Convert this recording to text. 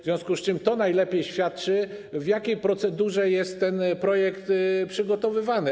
W związku z tym to najlepiej świadczy, w jakiej procedurze jest ten projekt przygotowywany.